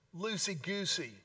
loosey-goosey